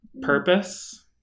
Purpose